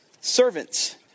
Servants